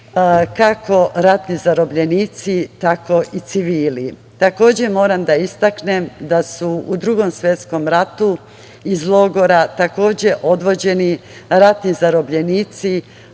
kako ratni zarobljenici, tako i civili. Takođe, moram da istaknem da su u Drugom svetskom ratu iz logora takođe odvođeni ratni zarobljenici,